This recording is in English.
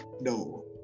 no